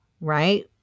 right